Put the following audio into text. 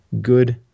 good